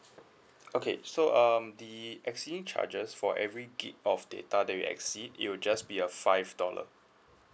okay so um the exceeding charges for every gigabyte of data that you exceed it would just be a five dollar